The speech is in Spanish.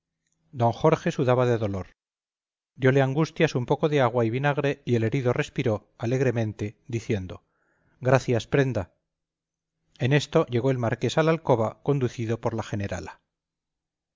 don jorge sudaba de dolor diole angustias un poco de agua y vinagre y el herido respiró alegremente diciendo gracias prenda en esto llegó el marqués a la alcoba conducido por la generala